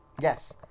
Yes